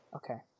okay